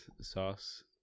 sauce